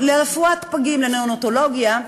לרפואת פגים, לנאונטולוגיה,